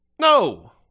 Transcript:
No